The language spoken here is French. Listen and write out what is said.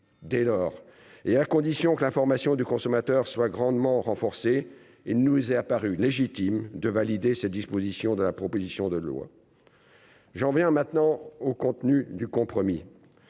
dès lors et à condition que l'information du consommateur soit grandement renforcé et nous est apparu légitime de valider cette disposition de la proposition de loi. J'en viens maintenant au contenu du compromis,